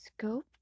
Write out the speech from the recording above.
scope